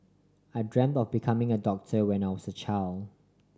I dreamt of becoming a doctor when I was a child